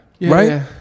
right